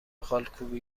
خالکوبی